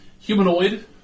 Humanoid